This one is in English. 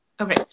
Okay